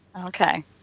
Okay